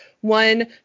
one